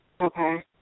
Okay